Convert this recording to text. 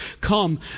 come